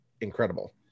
incredible